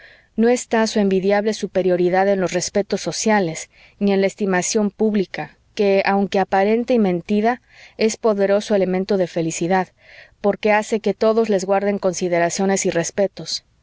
no está su envidiable superioridad en los respetos sociales ni en la estimación pública que aunque aparente y mentida es poderoso elemento de felicidad porque hace que todos les guarden consideraciones y respetos